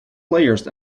players